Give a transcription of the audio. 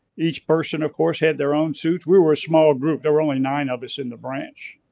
each person of course had their own suit's. we were a small group, there were only nine of us in the branch.